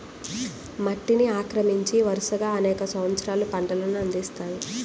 మట్టిని ఆక్రమించి, వరుసగా అనేక సంవత్సరాలు పంటలను అందిస్తాయి